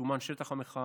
סומן שטח המחאה.